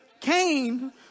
Cain